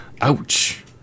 Ouch